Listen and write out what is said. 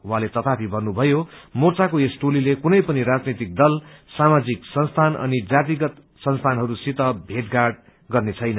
उहाँले तथापि भन्नुभयो मोर्चाको यस टोलीले कुनै पनि राजनैतिक दल सामाजिक संस्थान अनि जातिगत संस्थानहरूसित भेटघाट गर्ने छैन